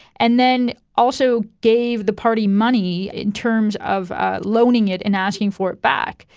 and then also gave the party money in terms of ah loaning it and asking for it back.